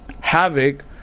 Havoc